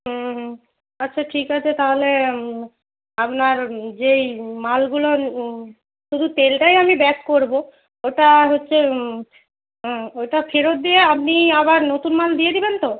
হুম হুম আচ্ছা ঠিক আছে তাহলে আপনার যেই মালগুলো শুধু তেলটাই আমি ব্যাক করব ওটা হচ্ছে ওটা ফেরত দিয়ে আপনি আবার নতুন মাল দিয়ে দেবেন তো